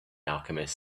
alchemist